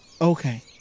Okay